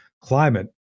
climate